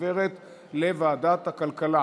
לוועדת הכלכלה